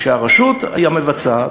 כשהרשות היא המבצעת,